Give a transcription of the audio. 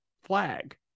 flag